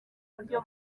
buryo